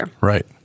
Right